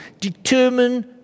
determine